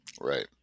Right